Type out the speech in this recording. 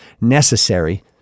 necessary